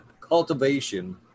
cultivation